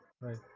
right